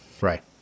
Right